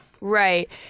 Right